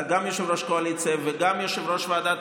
אתה גם יושב-ראש קואליציה וגם יושב-ראש ועדת